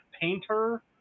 painter